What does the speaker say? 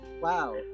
Wow